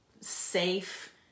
safe